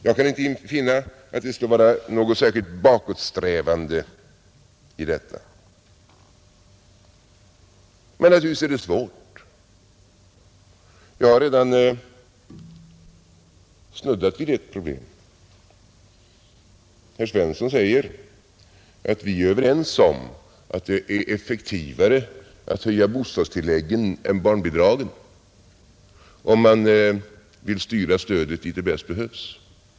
Jag kan inte finna att det skulle vara något särskilt bakåtsträvande i detta. Men naturligtvis är det svårt. Jag har redan snuddat vid ett problem. Herr Svensson i Kungälv säger att vi är överens om att det är effektivare att höja bostadstilläggen än barnbidragen om man vill styra stödet dit det bäst behövs.